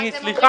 ואז הם אומרים,